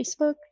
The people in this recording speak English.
Facebook